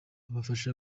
afasha